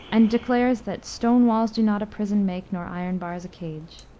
and declares that stone walls do not a prison make, nor iron bars a cage.